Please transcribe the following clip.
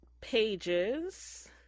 pages